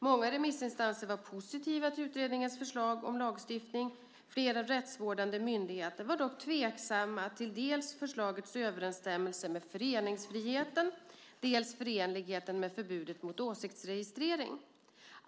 Många remissinstanser var positiva till utredningens förslag om lagstiftning. Flera rättsvårdande myndigheter var dock tveksamma till dels förslagets överensstämmelse med föreningsfriheten , dels förenligheten med förbudet mot åsiktsregistrering .